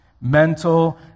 mental